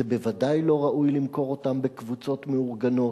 בוודאי לא ראוי למכור אותם בקבוצות מאורגנות.